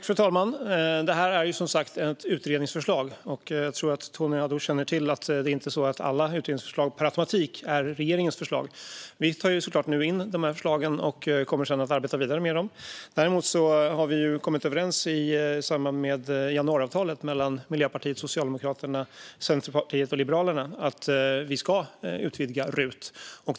Fru talman! Det är som sagt ett utredningsförslag, och jag tror att Tony Haddou känner till att alla utredningsförslag inte per automatik är regeringens förslag. Vi tar nu såklart in de här förslagen och kommer sedan att arbeta vidare med dem. Däremot har vi i samband med januariavtalet mellan Miljöpartiet, Socialdemokraterna, Centerpartiet och Liberalerna kommit överens om att vi ska utvidga RUT-avdraget.